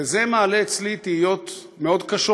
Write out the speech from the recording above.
וזה מעלה אצלי תהיות מאוד קשות: